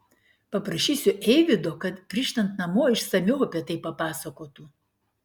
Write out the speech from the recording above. paprašysiu eivydo kad grįžtant namo išsamiau apie tai papasakotų